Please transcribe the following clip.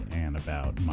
and about